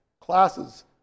classes